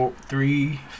three